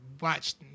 watched